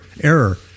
error